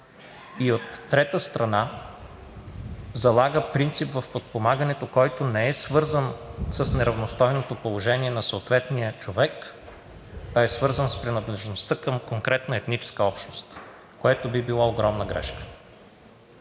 и от трета страна, залага принцип в подпомагането, който не е свързан с неравностойното положение на съответния човек, а е свързан с принадлежността към конкретна етническа общност, което би било огромна грешка.